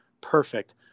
perfect